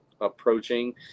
approaching